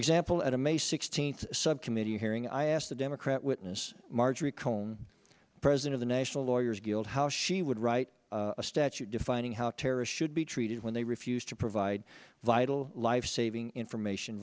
example at a may sixteenth subcommittee hearing i asked the democrat witness marjorie cohen president of the national lawyers guild how she would write a statute defining how terrorists should be treated when they refused to provide vital life saving information